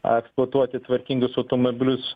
eksploatuoti tvarkingus automobilius